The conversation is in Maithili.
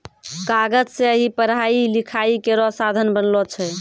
कागज सें ही पढ़ाई लिखाई केरो साधन बनलो छै